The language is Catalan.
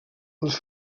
els